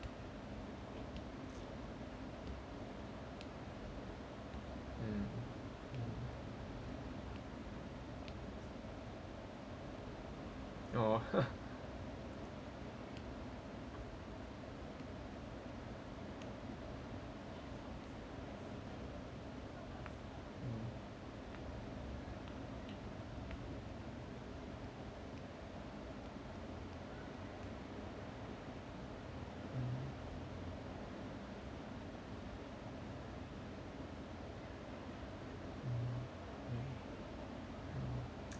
mm mm oh mm mm mm mm mm